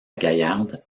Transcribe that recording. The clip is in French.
gaillarde